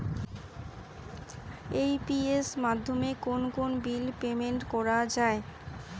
AEPS মাধ্যমে কোন কোন বিল পেমেন্ট করা যায়?